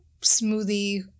smoothie